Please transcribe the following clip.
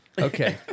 Okay